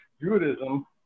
Judaism